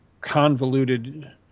convoluted